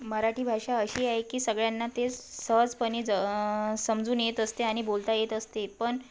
मराठी भाषा अशी आहे की सगळ्यांना ते सहजपणे ज समजून येत असते आणि बोलता येत असते पण